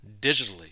digitally